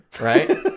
Right